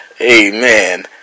amen